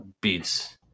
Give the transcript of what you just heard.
beats